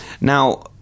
now